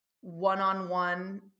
one-on-one